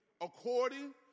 according